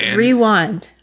rewind